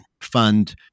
fund